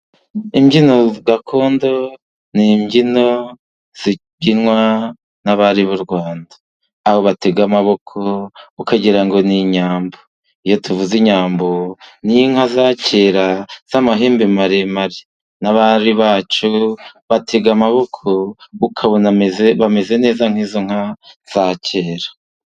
Imbyino gakondo ni imbyino zibyinwa n'abari b'u Rwanda, aho batega amaboko ukagira ngo ni inyambo. Iyo tuvuze inyambo ni inka za kera z'amahembe maremare, n'abari bacu batega amaboko ukabona bameze neza nk'izo nka za kera